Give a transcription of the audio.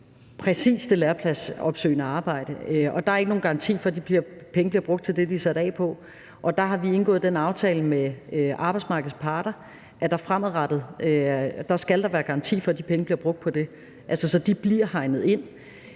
præcis det lærepladsopsøgende arbejde. Der er ikke nogen garanti for, at de penge bliver brugt til det, de er sat af til, og der har vi indgået den aftale med arbejdsmarkedets parter, at der fremadrettet skal være garanti for, at de penge bliver brugt på det. Altså, så de bliver hegnet ind.